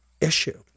issue